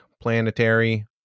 Planetary